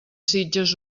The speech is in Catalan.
sitges